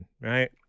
right